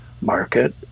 market